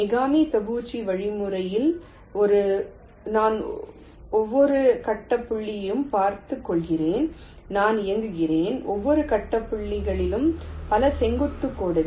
Mikami தபூச்சி வழிமுறையில் நான் ஒவ்வொரு கட்ட புள்ளிகளையும் பார்த்துக் கொண்டிருக்கிறேன் நான் இயங்குகிறேன் ஒவ்வொரு கட்ட புள்ளிகளிலும் பல செங்குத்து கோடுகள்